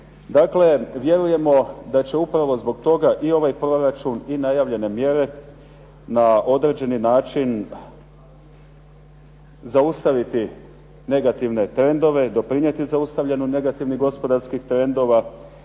Dakle, vjerujemo da će i zbog toga ovaj proračun i najavljene mjere na određeni način zaustaviti negativne trendove, doprinijeti zaustavljanju negativnih gospodarskih trendova